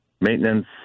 maintenance